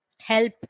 help